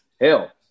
hell